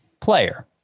player